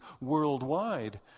worldwide